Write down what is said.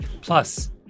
plus